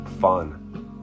fun